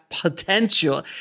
potential